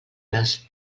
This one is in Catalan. les